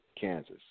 Kansas